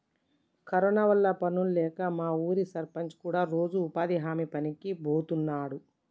corona వల్ల పనుల్లేక మా ఊరి సర్పంచ్ కూడా రోజూ ఉపాధి హామీ పనికి బోతన్నాడు